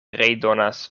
redonas